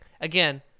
Again